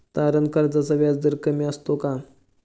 तारण कर्जाचा व्याजदर कमी असतो का?